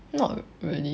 not really